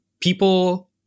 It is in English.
people